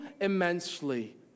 immensely